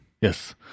Yes